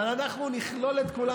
אבל אנחנו נכלול את כולם,